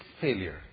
failure